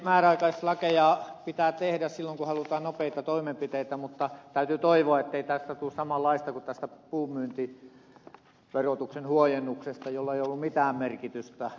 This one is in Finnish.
tietysti määräaikaislakeja pitää tehdä silloin kun halutaan nopeita toimenpiteitä mutta täytyy toivoa ettei tästä tule samanlaista kuin puun myyntiverotuksen huojennuksesta jolla ei ollut mitään merkitystä